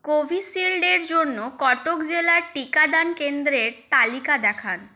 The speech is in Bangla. কোভিশিল্ড এর জন্য কটক জেলার টিকাদান কেন্দ্রের তালিকা দেখান